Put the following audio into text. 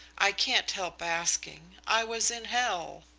i can't help asking. i was in hell!